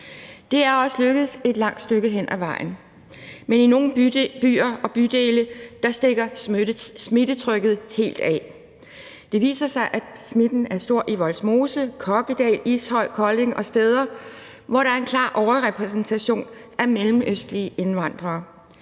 Det er også lykkedes et langt stykke hen ad vejen, men i nogle byer og bydele stikker smittetrykket helt af. Det viser sig, at smitten er stor i Vollsmose, Kokkedal, Ishøj, Kolding og steder, hvor der er en klar overrepræsentation af mellemøstlige indvandrere.